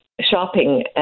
shopping